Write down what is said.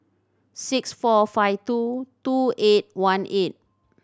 six four five two two eight one eight